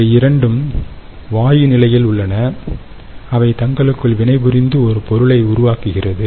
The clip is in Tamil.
இவை இரண்டும் வாயு நிலையில் உள்ளன அவை தங்களுக்குள் வினை புரிந்து ஒரு பொருளை உருவாக்குகிறது